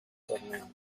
torneo